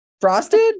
Frosted